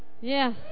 yes